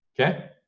Okay